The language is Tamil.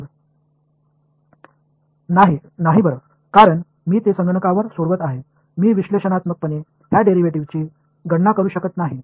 Student நன்றாக இல்லை ஏனெனில் நான் அதை கணினியில் தீர்க்கிறேன் இந்த டெரிவேட்டிவ்ஸ் களை நீங்கள் பகுப்பாய்வு முறையில் கணக்கிட முடியாது